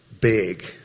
big